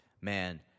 man